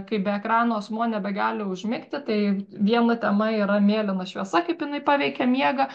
kai be ekrano asmuo nebegali užmigti tai viena tema yra mėlyna šviesa kaip jinai paveikia miegą